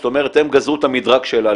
זאת אומרת הם גזרו את המדרג שלה,